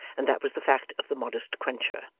and that was the fact of the modest quencher,